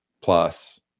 plus